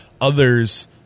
others